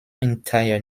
entire